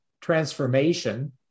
Transformation